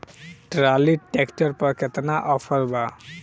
Trolley tractor पर केतना offer बा?